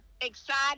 excited